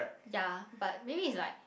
ya but maybe is like